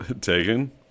Taken